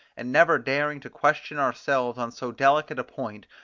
and never daring to question ourselves on so delicate a point,